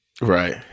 Right